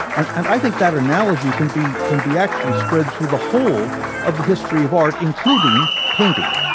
and and i think that analogy can be can be actually spread through the whole of the history of art, including painting.